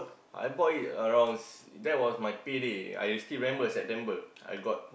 I bought it around that was my payday I still remember September I got